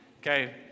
Okay